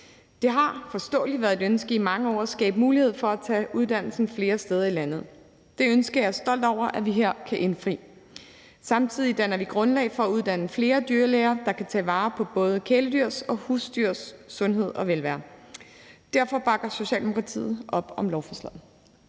Det har forståeligt været et ønske i mange år at skabe mulighed for at tage uddannelsen flere steder i landet. Det ønske er jeg stolt over at vi her kan indfri. Samtidig danner vi grundlag for at uddanne flere dyrlæger, der kan tage vare på både kæledyrs og husdyrs sundhed og velvære. Derfor bakker Socialdemokratiet op om lovforslaget.